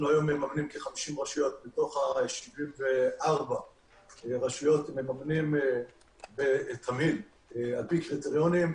היום אנחנו מממנים כ-50 רשויות מתוך 74 רשויות בתמהיל על פי קריטריונים,